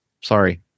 sorry